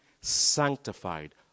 sanctified